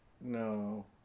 No